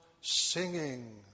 singing